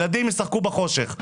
רק בחושך.